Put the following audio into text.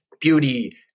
beauty